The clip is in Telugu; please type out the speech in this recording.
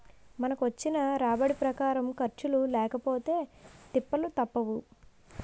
మనకొచ్చిన రాబడి ప్రకారం ఖర్చులు లేకపొతే తిప్పలు తప్పవు